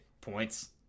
Points